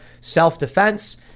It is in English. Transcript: Self-defense